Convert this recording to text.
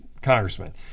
Congressman